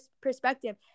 perspective